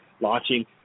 launching